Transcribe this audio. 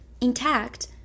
intact